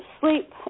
sleep